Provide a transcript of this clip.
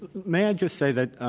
may i just say that